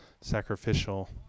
sacrificial